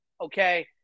Okay